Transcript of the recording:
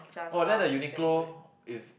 orh then the Uniqlo is